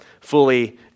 fully